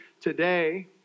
today